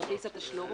כרטיס התשלום.